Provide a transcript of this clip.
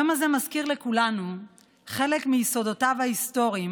היום הזה מזכיר לכולנו חלק מיסודותיו ההיסטוריים,